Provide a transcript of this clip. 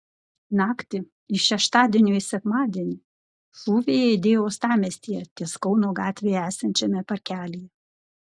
naktį iš šeštadienio į sekmadienį šūviai aidėjo uostamiestyje ties kauno gatve esančiame parkelyje